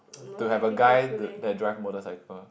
to have a guy to that drive motorcycle